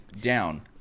Down